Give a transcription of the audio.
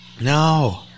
No